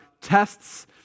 tests